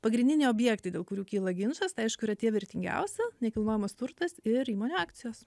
pagrindiniai objektai dėl kurių kyla ginčas tai aišku yra tie vertingiausi nekilnojamas turtas ir įmonių akcijos